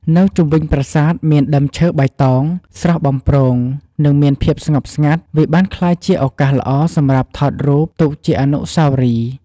នៅជុំវិញប្រាសាទមានដើមឈើបៃតង ស្រស់បំព្រង និង មានភាពស្ងប់ស្ងាត់ វាបានក្លាយជាឱកាសល្អសម្រាប់ថតរូបទុកជាអនុស្សាវរីយ៍។